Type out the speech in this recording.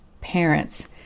parents